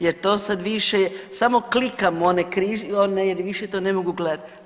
Jer to sad više samo klikam one jer više to ne mogu gledati.